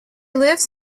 lives